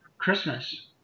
Christmas